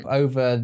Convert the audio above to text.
over